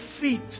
feet